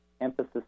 emphasis